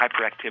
hyperactivity